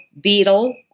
beetle